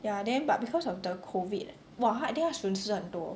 ya then but because of the COVID !wah! I think 他损失很多